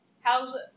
How's